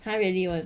ha really was